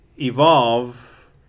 evolve